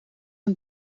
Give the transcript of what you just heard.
een